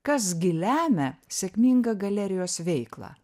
kas gi lemia sėkmingą galerijos veiklą